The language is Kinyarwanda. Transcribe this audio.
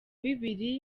bibiri